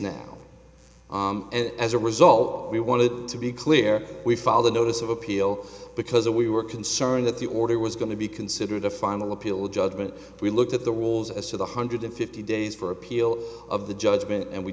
now and as a result we wanted to be clear we file the notice of appeal because a we were concerned that the order was going to be considered a final appeal judgment we looked at the rules as to the hundred and fifty days for appeal of the judgment and we